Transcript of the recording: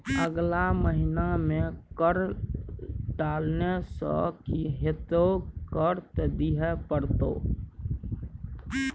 अगला महिना मे कर टालने सँ की हेतौ कर त दिइयै पड़तौ